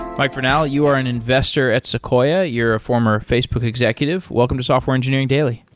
mike vernal, you are an investor at sequoia, you're a former facebook executive. welcome to software engineering daily.